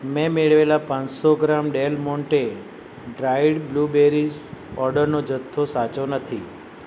મેં મેળવેલા પાંચસો gram Del Monte dried blueberries ઓર્ડરનો જથ્થો સાચો નથી